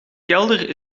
kelder